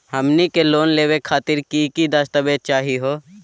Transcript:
हमनी के लोन लेवे खातीर की की दस्तावेज चाहीयो हो?